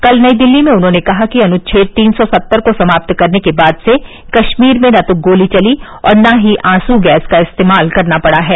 कल नई दिल्ली में उन्होंने कहा कि अनुच्छेद तीन सौ सत्तर को समाप्त करने के बाद से कश्मीर में न तो गोली चली और न ही आंसूगैस का इस्तेमाल करना पड़ा है